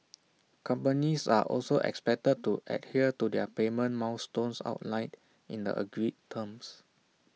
companies are also expected to adhere to their payment milestones outlined in the agreed terms